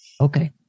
Okay